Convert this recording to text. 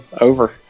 over